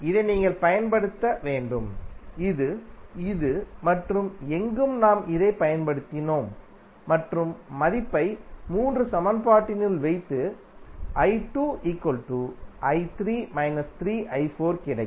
இதை நீங்கள் பயன்படுத்த வேண்டும் இது இது மற்றும் எங்கும் நாம் இதைப் பயன்படுத்தினோம் மற்றும் மதிப்பை 3 சமன்பாட்டினுள் வைத்து கிடைக்கும்